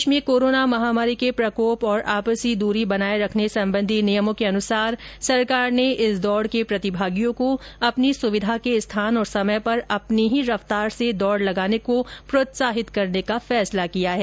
देश में कोरोना महामारी के प्रकोप और आपसी दूरी बनाए रखने संबंधी नियमों के अनुसार सरकार ने इस दौड़ के प्रतिभागियों को अपनी सुविधा के स्थान और समय पर अपनी ही रफ़तार से दौड़ लगाने को प्रोत्साहित करने का फैसला किया है